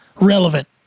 relevant